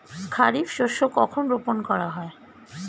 খারিফ শস্য কখন রোপন করা হয়?